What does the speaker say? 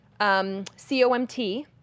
COMT